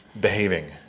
behaving